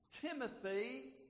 Timothy